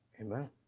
Amen